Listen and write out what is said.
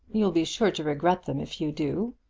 you'll be sure to regret them if you do.